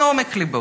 מעומק לבו.